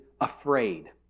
afraid